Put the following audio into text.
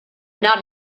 not